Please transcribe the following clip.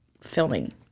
filming